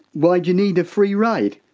why do you need a free ride?